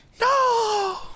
No